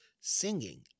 singing